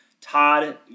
Todd